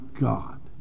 God